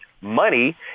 money